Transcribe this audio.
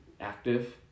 active